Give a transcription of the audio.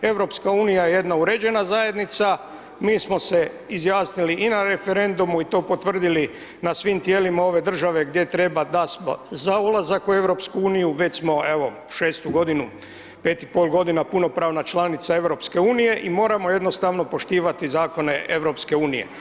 EU je jedna uređena zajednica, mi smo se izjasnili i na referendumu i to potvrdili na svim tijelima ove države gdje treba da smo za ulazak u EU već smo evo 6 godinu, 5 i pol godina punopravna članica EU i moramo jednostavno poštivati zakone EU.